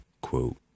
quote